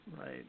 right